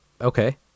Okay